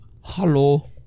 hello